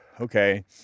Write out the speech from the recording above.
okay